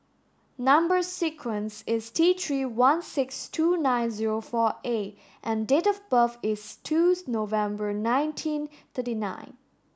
number sequence is T three one six two nine zero four A and date of birth is twos November nineteen thirty nine